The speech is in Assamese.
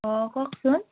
অঁ কওকচোন